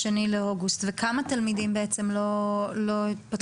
וכמה תלמידים בעצם לא התחילו?